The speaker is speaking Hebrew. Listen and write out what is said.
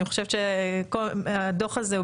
אני חושבת שהדו"ח הזה,